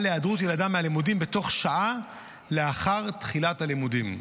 על היעדרות ילדם מהלימודים בתוך שעה לאחר תחילת הלמודים,